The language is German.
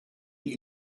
die